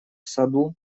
саду